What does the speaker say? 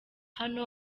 hano